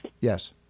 Yes